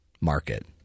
market